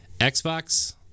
Xbox